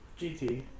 GT